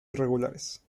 irregulares